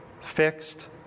fixed